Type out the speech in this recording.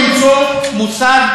"עלינו למצוא מושג"